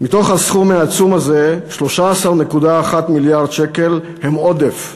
מתוך הסכום העצום הזה, 13.1 מיליארד שקל הם עודף,